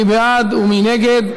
מי בעד ומי נגד?